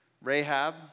Rahab